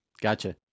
Gotcha